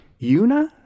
Yuna